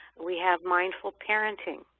we have mindful parenting.